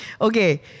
okay